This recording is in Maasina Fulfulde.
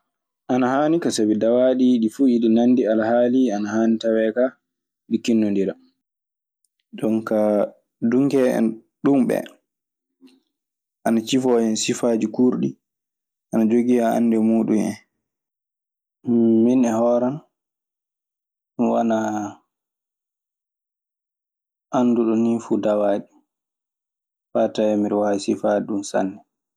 Ana haanika sabi dawaaɗi ɗi fuu eɗi nanndi alahaali ana haani tawee ka ɗi tinndondira. jonkaa dunkee en ɗun ɓee ana cifoo hen sifaaji kuurɗi. Ana jogii aannde muuɗum en. Min e hooran, mi wanaa annduɗo nii fu dawaaɗi faa tawee miɗe waawi sifaade ɗun sanne.